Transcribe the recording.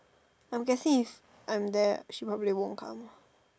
I'm guessing if I'm there she probably won't come